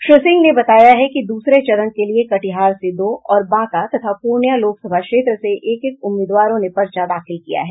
श्री सिंह ने बताया है कि दूसरे चरण के लिए कटिहार से दो और बांका तथा पूर्णिया लोकसभा क्षेत्र से एक एक उम्मीदवारों ने पर्चा दाखिल किया है